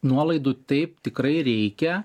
nuolaidų taip tikrai reikia